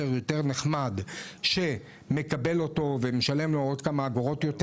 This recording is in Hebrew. נחמד שמקבל אותו ומשלם לו כמה אגורות יותר.